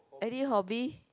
any hobby